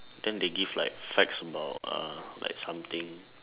then they give like facts about uh like something